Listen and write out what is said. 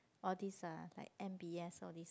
all this ah like m_b_s all this